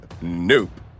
Nope